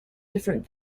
different